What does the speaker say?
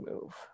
move